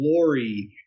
glory